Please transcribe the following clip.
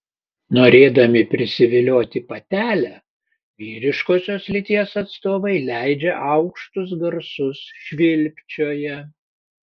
norėdami prisivilioti patelę vyriškosios lyties atstovai leidžia aukštus garsus švilpčioja